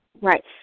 right